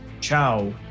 Ciao